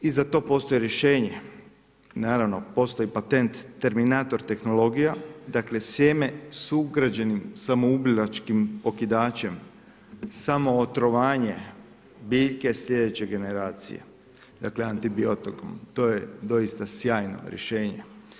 I za to postoji rješenje, naravno, postoji patent Terminator tehnologija, dakle sjeme s ugrađenim samoubilačkim okidačem, samootrovanje biljke slijedeće generacije, dakle antibiotikom, to je doista sjajno rješenje.